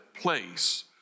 place